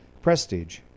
prestige